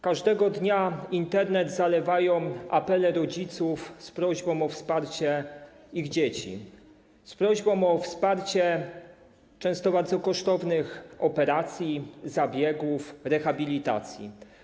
Każdego dnia Internet zalewają apele rodziców z prośbą o wsparcie ich dzieci, z prośbą o wsparcie często bardzo kosztownych operacji, zabiegów czy rehabilitacji.